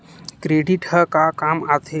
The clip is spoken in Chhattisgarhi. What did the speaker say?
क्रेडिट ह का काम आथे?